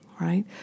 right